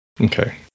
Okay